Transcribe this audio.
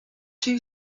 two